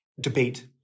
debate